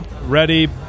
ready